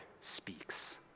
speaks